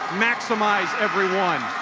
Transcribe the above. maximize every one.